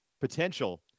potential